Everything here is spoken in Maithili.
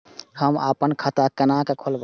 हम अपन खाता केना खोलैब?